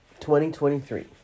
2023